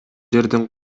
жердин